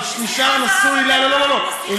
הוא נשאר נשוי לה, נסיכה זרה, נסיכה.